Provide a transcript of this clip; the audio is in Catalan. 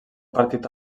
partit